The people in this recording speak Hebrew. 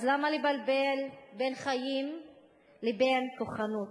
אז למה לבלבל בין חיים לבין כוחנות?